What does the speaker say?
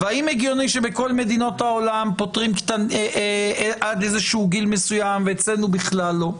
והאם הגיוני שבכל מדינות העולם פוטרים עד גיל מסוים ואצלנו בכלל לא.